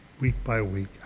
week-by-week